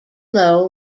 low